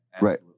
Right